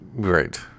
Great